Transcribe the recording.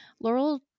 Laurel